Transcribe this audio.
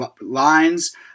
lines